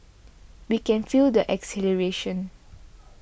we can feel their exhilaration